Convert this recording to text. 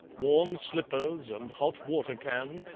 warm slippers and hot-water can,